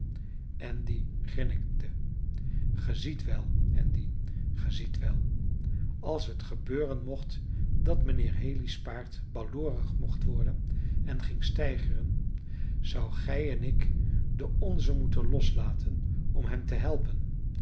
andy grinnikte ge ziet wel andy ge ziet wel als het gebeuren mocht dat mijnheer haley's paard baloorig mocht worden en ging steigeren zouden gij en ik de onze moeten loslaten om hem te helpen en